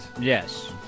Yes